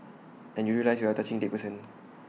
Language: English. and you realise you are touching A dead person